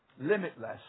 Limitless